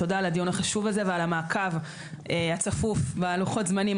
תודה על הדיון החשוב הזה והמעקב הצפוף ולוחות הזמנים,